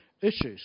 issues